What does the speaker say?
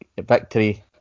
victory